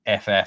FF